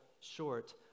short